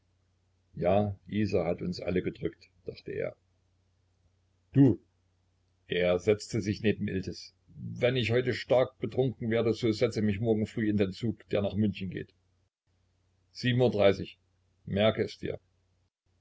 ja isa hat uns alle gedrückt dachte er du er setzte sich neben iltis wenn ich heute stark betrunken werde so setze mich morgen früh in den zug der nach münchen geht sieben uhr dreißig merke es dir